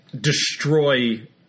destroy